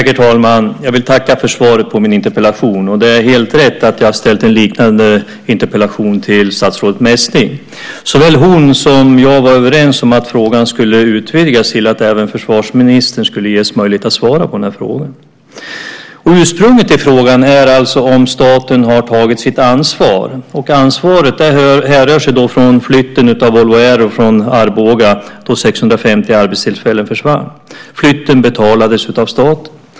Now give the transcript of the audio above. Herr talman! Jag vill tacka för svaret på min interpellation. Det är helt rätt att jag har ställt en liknande interpellation till statsrådet Messing. Hon och jag var överens om att frågan skulle utvidgas till att även ge försvarsministern möjlighet att svara på den. Ursprunget till frågan är alltså om staten har tagit sitt ansvar. Ansvaret härrör sig från flytten av Volvo Aero från Arboga då 650 arbetstillfällen försvann. Flytten betalades av staten.